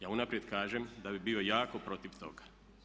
Ja unaprijed kažem da bi bio jako protiv toga.